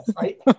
right